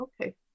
okay